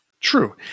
true